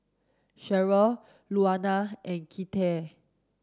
Cheryll Louanna and Kinte